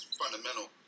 fundamental